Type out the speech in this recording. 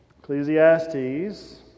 Ecclesiastes